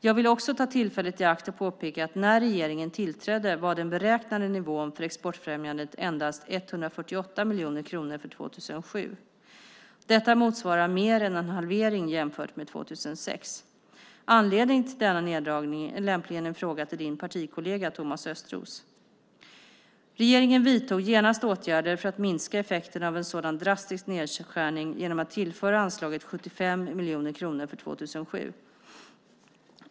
Jag vill också ta tillfället i akt att påpeka att när regeringen tillträdde var den beräknade nivån för exportfrämjandet endast 148 miljoner kronor för 2007. Detta motsvarar mer än en halvering jämfört med 2006. Anledningen till denna neddragning är lämpligen en fråga till interpellantens partikollega Thomas Östros. Regeringen vidtog genast åtgärder för att minska effekten av en sådan drastisk nedskärning genom att tillföra anslaget 75 miljoner kronor för 2007.